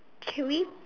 can we